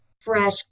Fresh